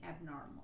abnormal